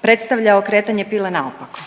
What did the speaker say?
predstavlja okretanje pile naopako